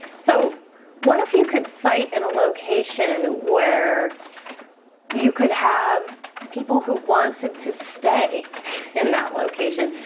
so what if you could site in a location where you could have people who wanted to stay in that location?